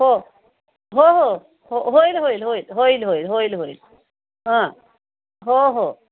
हो हो हो हो होईल होईल होईल होईल होईल होईल होईल हां हो हो